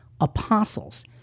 apostles